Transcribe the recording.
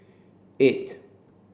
eight